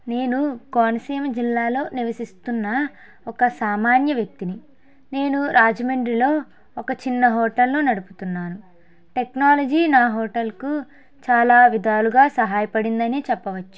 నేను కోనసీమ జిల్లాలో నివసిస్తున్న ఒక సామాన్య వ్యక్తిని నేను రాజమండ్రిలో ఒక చిన్న హోటల్ను నడుపుతున్నాను టెక్నాలజీ నా హోటల్కు చాలా విధాలుగా సహాయపడిందనే చెప్పవచ్చు